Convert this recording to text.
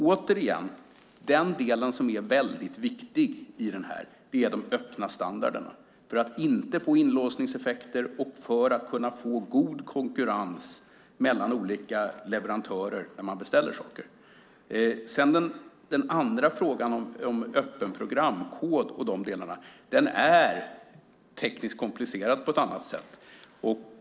Återigen, den del som är väldigt viktig i detta sammanhang är öppna standarder för att inte få inlåsningseffekter och för att kunna få god konkurrens mellan olika leverantörer när man beställer saker. Den andra frågan om öppen programkod och de delarna är tekniskt komplicerad på ett annat sätt.